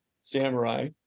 Samurai